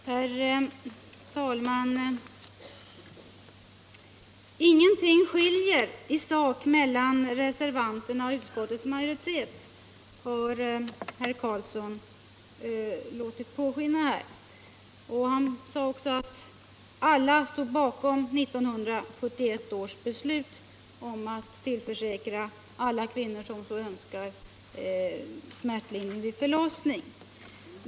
Herr talman! Ingenting skiljer i sak mellan reservanterna och utskottsmajoriteten har herr Karlsson i Huskvarna låtit påskina, och han sade också att alla stått bakom 1971 års beslut om att tillförsäkra alla kvinnor som så önskar smärtlindring vid förlossning.